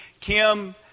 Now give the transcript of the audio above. Kim